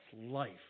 life